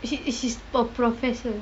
he~ he's a professor